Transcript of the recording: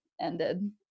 ended